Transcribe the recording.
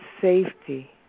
safety